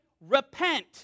Repent